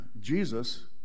Jesus